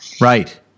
Right